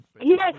Yes